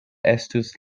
estus